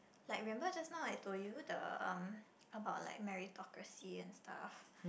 like remember just now I told you the um about like meritocracy and stuff